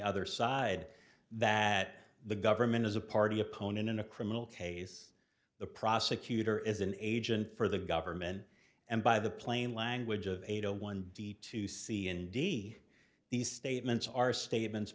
other side that the government is a party opponent in a criminal case the prosecutor is an agent for the government and by the plain language of ada one d to see andy these statements are statements